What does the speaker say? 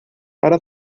para